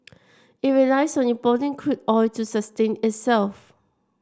it relies on importing crude oil to sustain itself